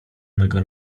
mego